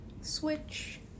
Switch